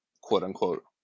quote-unquote